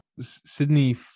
Sydney